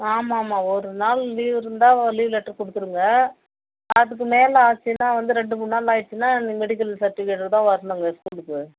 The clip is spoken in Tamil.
ஆமாம் ஆமாம் ஒரு நாள் லீவ் இருந்தா லீவ் லெட்டர் கொடுத்துடுங்க அதுக்கு மேலே ஆய்ச்சுன்னா வந்து ரெண்டு மூணு நாள் ஆயிடுச்சின்னா மெடிக்கல் சர்ட்டிஃபிக்கேட்டோடு தான் வரணுங்க ஸ்கூலுக்கு